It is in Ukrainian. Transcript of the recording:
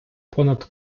понад